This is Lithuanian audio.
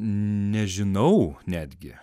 nežinau netgi